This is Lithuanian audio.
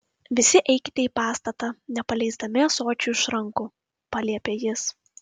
visi eikite į pastatą nepaleisdami ąsočių iš rankų paliepė jis